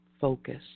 focus